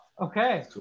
okay